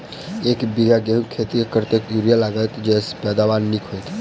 एक बीघा गेंहूँ खेती मे कतेक यूरिया लागतै जयसँ पैदावार नीक हेतइ?